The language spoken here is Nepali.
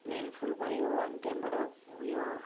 निल फुल भयो अनि त्यहाँबाट उयो